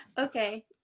Okay